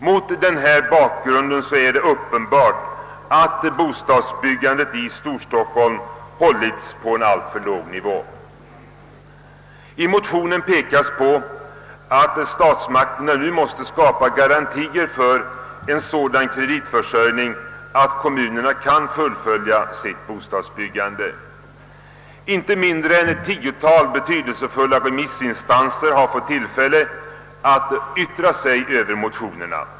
Mot denna bakgrund är det uppenbart att bostadsbyggandet i Storstockholm hållits på en alltför låg nivå. I motionen understryks att statsmakterna nu måste skapa garantier för en sådan kreditförsörjning att kommunerna kan fullfölja sitt bostadsbyggande. Inte mindre än ett tiotal betydelsefulla remissinstanser har fått tillfälle att yttra sig över motionen.